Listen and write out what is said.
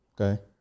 Okay